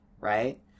right